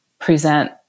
present